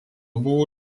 buvo